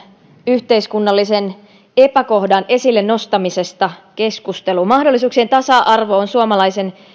yhteiskunnallisen epäkohdan nostamisesta esille keskusteluun mahdollisuuksien tasa arvo on suomalaisen